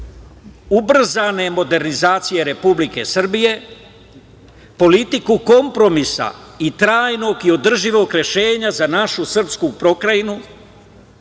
ubrzane modernizacije Republike Srbije, politiku kompromisa i trajnog i održivog rešenja za našu srpsku pokrajinu,